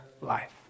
life